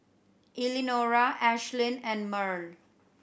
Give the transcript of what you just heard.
Elenora Ashlynn and Murl